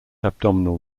abdominal